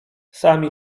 sami